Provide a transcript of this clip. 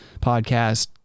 podcast